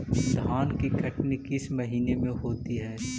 धान की कटनी किस महीने में होती है?